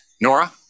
Nora